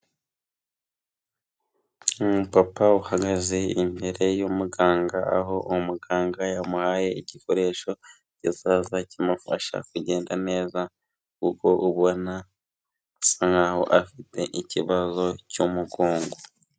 Umu papa uhagaze imbere y'umuganga aho umuganga yamuhaye igikoresho yazaza kimufasha kugenda neza kuko ubona asa nkaho afite ikibazo cy'umugongo.